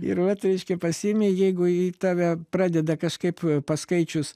ir vat reiškia pasiimi jeigu ji tave pradeda kažkaip paskaičius